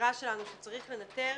האמירה שלנו שצריך לנתר